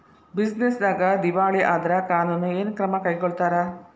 Business ನ್ಯಾಗ ದಿವಾಳಿ ಆದ್ರ ಕಾನೂನು ಏನ ಕ್ರಮಾ ಕೈಗೊಳ್ತಾರ?